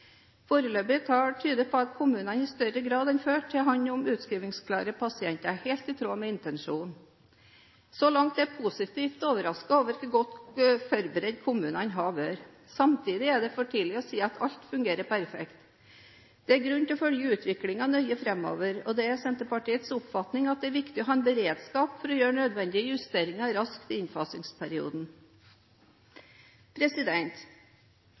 Foreløpige tall tyder på at kommunene i større grad enn før tar hånd om utskrivingsklare pasienter, helt i tråd med intensjonen. Så langt er jeg positivt overrasket over hvor godt forberedt kommunene har vært. Samtidig er det for tidlig til å si at alt fungerer perfekt. Det er grunn til å følge utviklingen nøye framover, og det er Senterpartiets oppfatning at det er viktig å ha en beredskap for å gjøre nødvendige justeringer raskt i